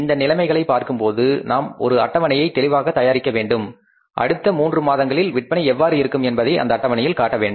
இந்த நிலைமைகளைப் பார்க்கும்போது நாம் ஒரு அட்டவணையை தெளிவாகத் தயாரிக்க வேண்டும் அடுத்த 3 மாதங்களில் விற்பனை எவ்வாறு இருக்கும் என்பதை அந்த அட்டவணையில் காட்ட வேண்டும்